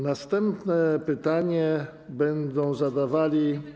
Następne pytanie będą zadawali.